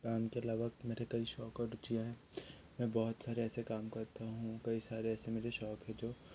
काम के अलावा मेरे कई शौक और रूचियाँ है मैं बहुत सारे ऐसे काम करता हूँ कई सारे मेरे ऐसे शौक है जो